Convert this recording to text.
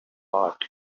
part